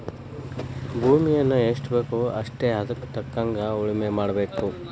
ಭೂಮಿಯನ್ನಾ ಎಷ್ಟಬೇಕೋ ಅಷ್ಟೇ ಹದಕ್ಕ ತಕ್ಕಂಗ ಉಳುಮೆ ಮಾಡಬೇಕ